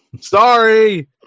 Sorry